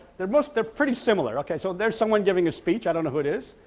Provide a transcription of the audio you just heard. they're mostly they're pretty similar, ok so there's someone giving a speech i don't know who it is.